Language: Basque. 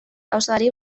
auzoari